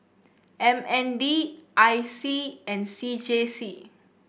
M N D I C and C J C